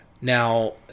Now